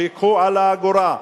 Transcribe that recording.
שייקחו "על האגורה".